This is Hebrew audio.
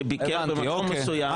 שביקר במקום מסוים,